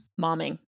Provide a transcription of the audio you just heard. Momming